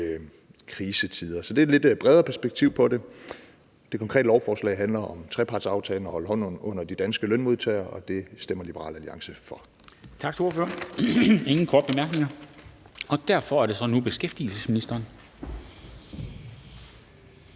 krisetider. Så det er et lidt bredere perspektiv på det. Det konkrete lovforslag handler om trepartsaftalen, om at holde hånden under de danske lønmodtagere, og det stemmer Liberal Alliance for. Kl. 12:27 Formanden (Henrik Dam Kristensen): Tak til ordføreren. Der er ingen korte bemærkninger, og derfor er det nu beskæftigelsesministeren.